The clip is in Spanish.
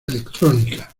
electrónica